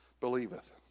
believeth